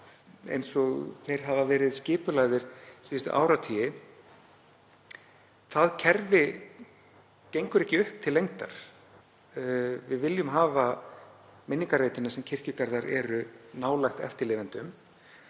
eins og þeir hafa verið skipulagðir síðustu áratugi gengur ekki upp til lengdar. Við viljum hafa minningarreitina sem kirkjugarðar eru nálægt eftirlifendum